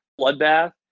bloodbath